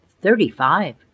thirty-five